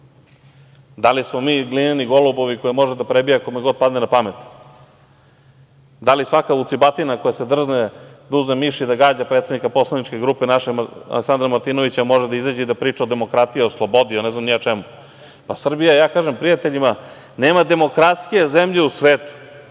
Da li smo mi glineni golubovi koje može da prebija kome god padne na pamet? Da li svaka vucibatina koja se drzne da uzme miš i da gađa predsednika poslaničke grupe, našeg Aleksandra Martinovića može da izađe i da priča o demokratiji i o slobodi i ne znam o čemu? Ja kažem prijateljima, nema demokratskije zemlje u svetu